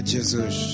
Jesus